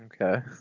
Okay